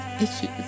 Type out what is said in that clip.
issues